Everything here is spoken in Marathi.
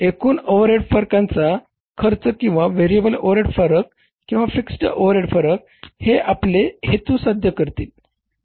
एकूण ओव्हरहेड फरकांचा खर्च किंवा व्हेरिएबल ओव्हरहेड फरक किंवा फिक्स्ड ओव्हरहेड फरक हे आपले हेतू साध्य करतील